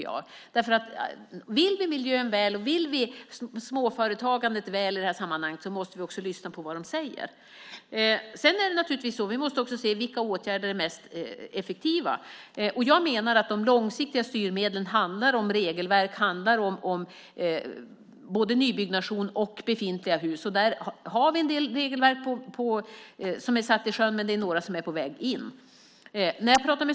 Om vi vill miljön väl och om vi vill småföretagandet väl måste vi också lyssna på vad de säger. Vi måste naturligtvis se på vilka åtgärder som är mest effektiva. Jag menar att de långsiktiga styrmedlen handlar om regelverk, nybyggnation och befintliga hus. Det finns en del regler som har satts i sjön, och några är på väg in.